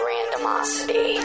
Randomosity